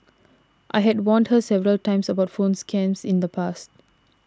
I had warned her several times about phone scams in the past